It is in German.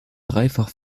dreifach